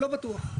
לא בטוח.